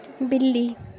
बिल्ली